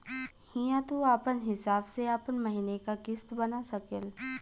हिंया तू आपन हिसाब से आपन महीने का किस्त बना सकेल